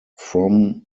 from